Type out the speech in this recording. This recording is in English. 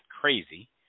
crazy